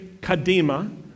Kadima